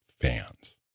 fans